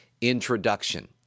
introduction